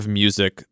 music